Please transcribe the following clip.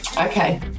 Okay